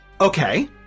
Okay